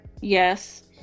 yes